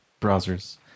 Browsers